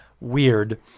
weird